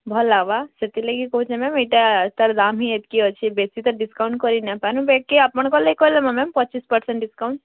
ଭଲ୍ ଲାଗ୍ବା ସେଥିଲାଗି କହୁଛେ ମ୍ୟାମ୍ ଏଇଟା ତାର୍ ଦାମ୍ ହି ଏତିକି ଅଛି ବେଶୀ ତ ଡ଼ିସ୍କାଉଣ୍ଟ୍ କରି ନାଇଁପାରୁ ବାକି ଆପଣଙ୍କର୍ ଲାଗି କଲେ ନା ମ୍ୟାମ୍ ପଚିଶ୍ ପର୍ସେଣ୍ଟ୍ ଡ଼ିସକାଉଣ୍ଟ୍